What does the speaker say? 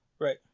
right